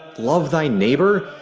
love thy neighbor.